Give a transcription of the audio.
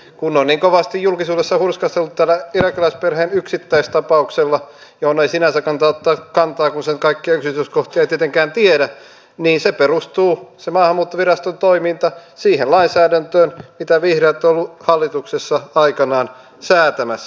kun on niin kovasti julkisuudessa hurskasteltu tällä irakilaisperheen yksittäistapauksella johon ei sinänsä kannata ottaa kantaa kun sen kaikkia yksityiskohtia ei tietenkään tiedä niin se maahanmuuttoviraston toiminta perustuu siihen lainsäädäntöön mitä vihreät ovat olleet hallituksessa aikanaan säätämässä